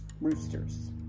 roosters